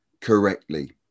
correctly